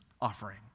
offering